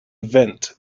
event